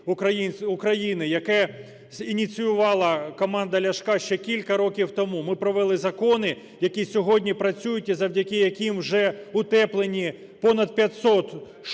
України, яке ініціювала команда Ляшка ще кілька років тому. Ми провели закони, які сьогодні працюють і завдяки яким вже утеплені понад 500 шкіл,